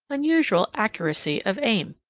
unusual accuracy of aim.